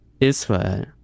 Israel